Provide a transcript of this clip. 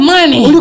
money